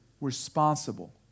responsible